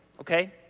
Okay